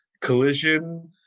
collision